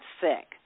sick